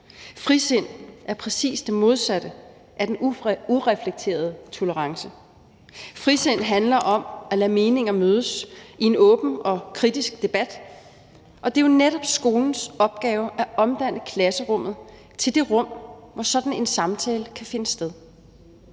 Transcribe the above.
Frisind er præcis det modsatte af den ureflekterede tolerance. Frisind handler om at lade meninger mødes i en åben og kritisk debat, og det er jo netop skolens opgave at omdanne klasserummet til det rum, hvor sådan en samtale kan finde sted.